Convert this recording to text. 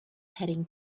heading